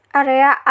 area